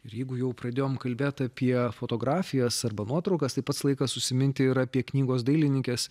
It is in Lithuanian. ir jeigu jau pradėjom kalbėt apie fotografijas arba nuotraukas tai pats laikas užsiminti ir apie knygos dailininkės